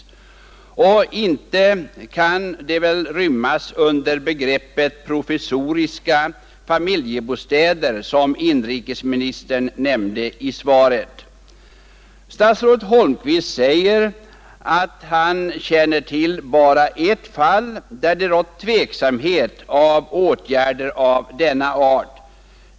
Och inte kan det väl rymmas under begreppet ”provisoriska familjebostäder” som inrikesministern nämnde i svaret. Statsrådet Holmqvist säger att han känner till bara ett fall där det rått tveksamhet om åtgärder av denna art.